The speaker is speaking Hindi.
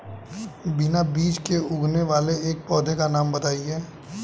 बिना बीज के उगने वाले एक पौधे का नाम बताइए